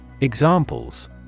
Examples